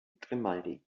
grimaldi